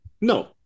No